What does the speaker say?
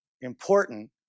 important